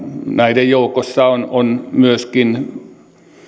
näiden joukossa on on myöskin